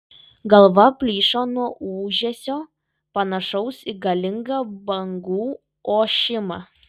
galva plyšo nuo ūžesio panašaus į galingą bangų ošimą